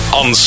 on